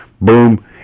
boom